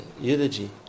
eulogy